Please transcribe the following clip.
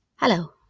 Hello